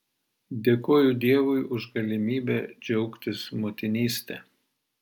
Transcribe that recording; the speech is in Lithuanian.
dėkoju dievui už galimybę džiaugtis motinyste